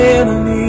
enemy